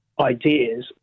ideas